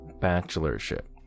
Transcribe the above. Bachelorship